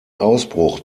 ausbruch